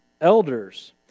elders